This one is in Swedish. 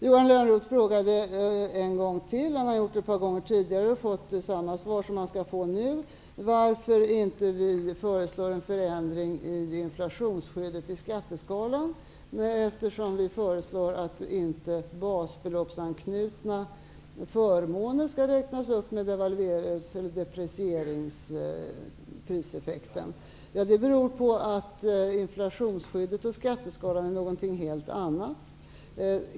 Johan Lönnroth frågade, vilket han har gjort ett par gånger tidigare och då fått samma svar som han nu skall få, varför vi inte föreslår en förändring i inflationsskyddet i skatteskalan eftersom vi föreslår att basbeloppsanknutna förmåner inte skall räknas upp med deprecieringspriseffekten. Det beror på att inflationsskyddet i skatteskalan är något helt annat.